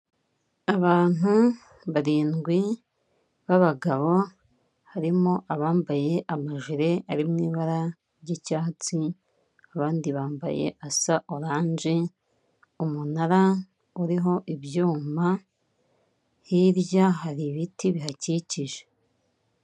Abantu barindwi b'abagabo harimo abambaye amajire ari mu ibara ry'icyatsi, abandi bambaye asa oranje, umunara uriho ibyuma, hirya hari ibiti bihakikije.